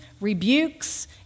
rebukes